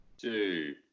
Two